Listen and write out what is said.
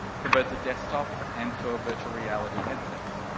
for both the desktop and for virtual reality headsets.